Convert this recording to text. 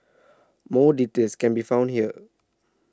more details can be found here